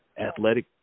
athletic